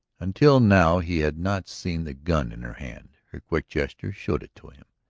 until now he had not seen the gun in her hand. her quick gesture showed it to him.